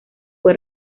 fue